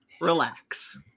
Relax